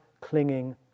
clinging